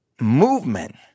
movement